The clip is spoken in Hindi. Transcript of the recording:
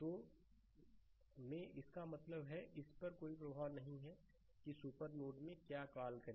तो में इसका मतलब है इस पर इसका कोई प्रभाव नहीं है कि सुपर नोड में क्या कॉल करें